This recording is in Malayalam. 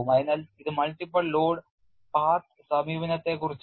അതിനാൽ ഇത് multiple ലോഡ് പാത്ത് സമീപനത്തെക്കുറിച്ചാണ്